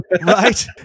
right